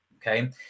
okay